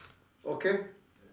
okay